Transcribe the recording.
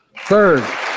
Third